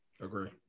Agree